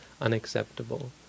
unacceptable